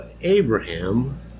Abraham